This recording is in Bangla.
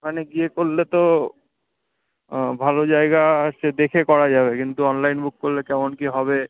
ওখানে গিয়ে করলে তো ভালো জায়গা সে দেখে করা যাবে কিন্তু অনলাইন বুক করলে কেমন কী হবে